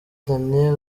daniel